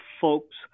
folks